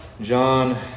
John